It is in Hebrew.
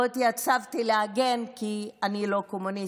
לא התייצבתי להגן כי אני לא קומוניסט,